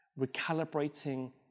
recalibrating